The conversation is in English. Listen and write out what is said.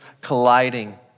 colliding